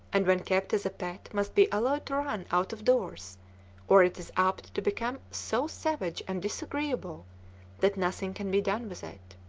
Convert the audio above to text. and when kept as a pet must be allowed to run out of doors or it is apt to become so savage and disagreeable that nothing can be done with it.